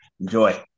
Enjoy